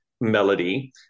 melody